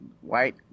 white